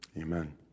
amen